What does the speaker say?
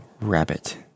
Rabbit